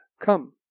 Come